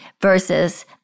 versus